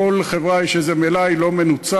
בכל חברה יש איזה מלאי לא מנוצל.